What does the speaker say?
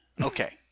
Okay